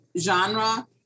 genre